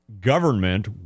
government